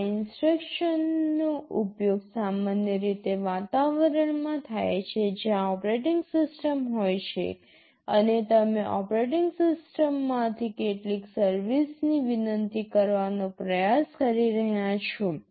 આ ઇન્સટ્રક્શન્સનો ઉપયોગ સામાન્ય રીતે વાતાવરણમાં થાય છે જ્યાં ઓપરેટિંગ સિસ્ટમ હોય છે અને તમે ઓપરેટિંગ સિસ્ટમમાંથી કેટલીક સર્વિસની વિનંતી કરવાનો પ્રયાસ કરી રહ્યાં છો